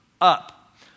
up